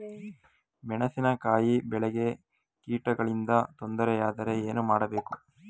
ಮೆಣಸಿನಕಾಯಿ ಬೆಳೆಗೆ ಕೀಟಗಳಿಂದ ತೊಂದರೆ ಯಾದರೆ ಏನು ಮಾಡಬೇಕು?